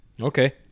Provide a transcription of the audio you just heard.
Okay